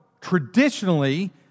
traditionally